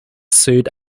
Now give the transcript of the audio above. sued